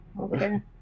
Okay